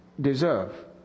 deserve